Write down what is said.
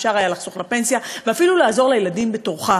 אפשר היה לחסוך לפנסיה ואפילו לעזור לילדים בתורך.